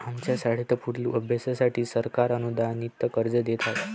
आमच्या शाळेत पुढील अभ्यासासाठी सरकार अनुदानित कर्ज देत आहे